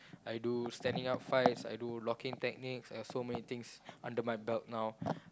I do standing up fights I do locking techniques I got so many things under my belt now